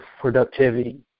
productivity